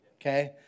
Okay